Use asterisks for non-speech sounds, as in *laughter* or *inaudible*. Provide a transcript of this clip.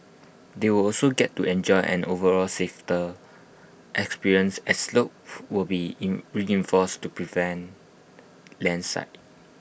they will also get to enjoy an overall *unintelligible* experience as slopes will be in reinforced to prevent landslides